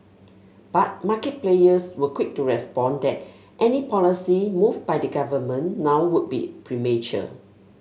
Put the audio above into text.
but market players were quick to respond that any policy move by the government now would be premature